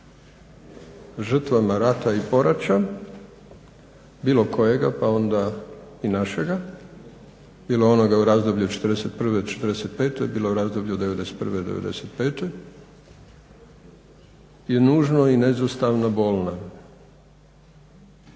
žrtvama rata i poraća bilo kojega pa onda i našega, bilo onoga u razdoblju '41.-'45., bilo u razdoblju '91.-'95., je nužno i neizostavno bolna